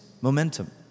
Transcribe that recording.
momentum